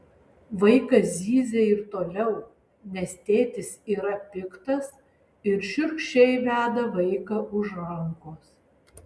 vaikas zyzia ir toliau nes tėtis yra piktas ir šiurkščiai veda vaiką už rankos